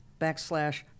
backslash